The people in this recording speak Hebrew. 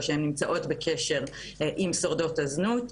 או שהן נמצאות בקשר עם שורדות הזנות.